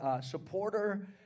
supporter